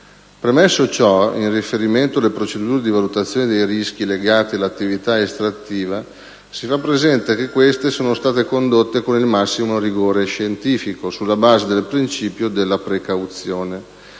Premesso ciò, in riferimento alle procedure di valutazione dei rischi legati all'attività estrattiva, si fa presente che queste sono state condotte con il massimo rigore scientifico, sulla base del principio di precauzione.